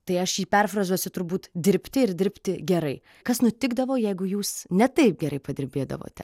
tai aš jį perfrazuosiu turbūt dirbti ir dirbti gerai kas nutikdavo jeigu jūs ne taip gerai padirbėdavote